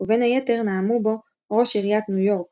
ובין היתר נאמו בו ראש עיריית ניו יורק